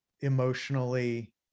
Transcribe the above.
emotionally